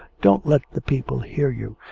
don't let the people hear you.